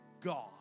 God